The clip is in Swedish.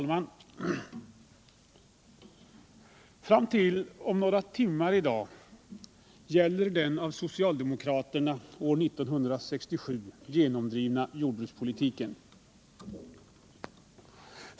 Herr talman! Ytterligare några timmar gäller den av socialdemokraterna år 1967 genomdrivna jordbrukspolitiken.